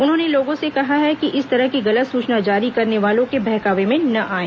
उन्होंने लोगों से कहा है कि इस तरह की गलत सूचना जारी करने वालों के बहकावे में न आएं